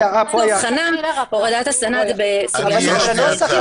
הורדת הסנ"צ זה בסוגיה אחרת.